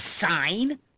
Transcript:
sign